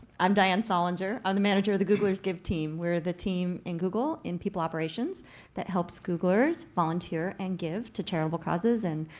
i'm diane solinger. i'm the manager of the googler's give team. we're the team in google in people operations that helps googlers volunteer and give to charitable causes and